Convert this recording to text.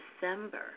December